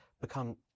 become